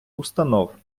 установ